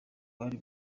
bari